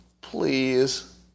Please